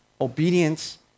obedience